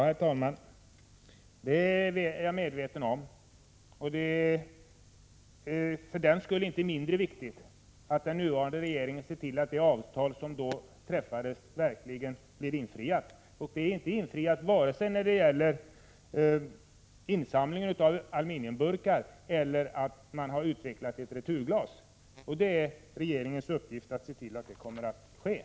Herr talman! Jag är medveten om det. Det är därför inte mindre viktigt att den nuvarande regeringen ser till att det avtal som då träffades verkligen hålls — det har inte skett när det gäller vare sig insamlingen av aluminiumburkar eller utvecklandet av ett returglas. Det är regeringens uppgift att se till att så sker.